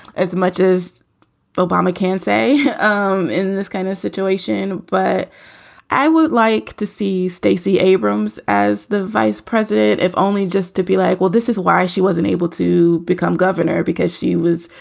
as much as obama can say um in this kind of situation. but i would like to see stacey. abrams as the vice president, if only just to be like, well, this is why she wasn't able to become governor, because she was,